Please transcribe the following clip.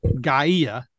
Gaia